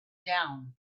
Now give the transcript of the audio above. down